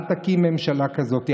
אל תקים ממשלה כזאת,